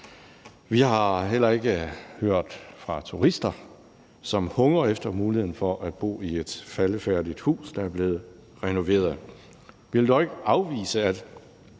Vi har heller ikke hørt fra turister, som hungrer efter muligheden for at bo i et faldefærdigt hus, der er blevet renoveret. Men hvis der skulle komme et